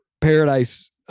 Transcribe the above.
paradise